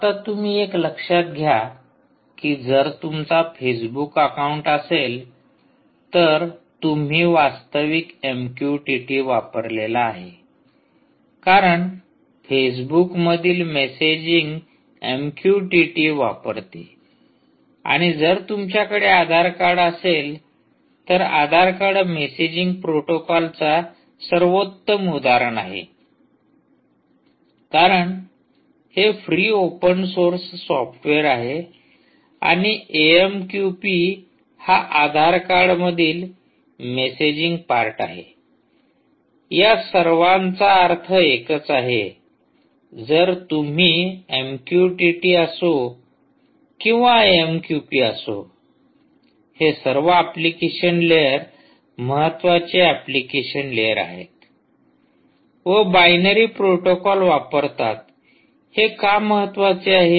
आता तुम्ही एक लक्षात घ्या की जर तुमचा फेसबुक अकाउंट असेल तर तुम्ही वास्तविक एमक्यूटीटी वापरलेला आहे कारण फेसबुकमधील मेसेजिंग एमक्यूटीटी वापरते आणि जर तुमच्याकडे आधार कार्ड असेल तर आधारकार्ड मेसेजिंग प्रोटोकॉलचा सर्वोत्तम उदाहरण आहे कारण हे फ्री ओपन सोर्स सॉफ्टवेअर आहे आणि एएमक्यूपी हा आधारकार्ड मधील मेसेजिंग पार्ट आहे या सर्वांचा अर्थ एकच आहे जर तुम्ही एमक्यूटीटी असो किंवा एएमक्यूपी हे सर्व एप्लीकेशन लेयर महत्वाचे एप्लीकेशन लेयर आहेत व बाईनरी प्रोटोकॉल वापरतात हे का महत्वाचे आहेत